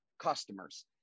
customers